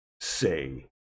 say